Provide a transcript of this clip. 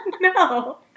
No